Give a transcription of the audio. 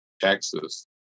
Texas